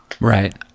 Right